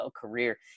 career